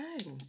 Okay